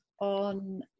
on